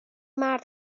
مرد